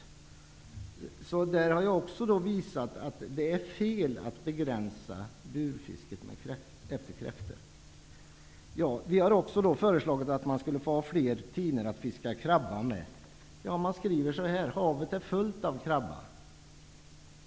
Också i detta sammanhang har jag visat att det är fel att begränsa kräftfiske med bur. Vi har också föreslagit att man skulle få ha fler tinor att fiska krabba med. Man skriver: Havet är fullt av krabba.